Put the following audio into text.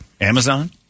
Amazon